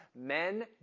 men